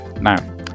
Now